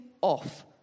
off